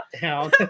down